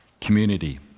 Community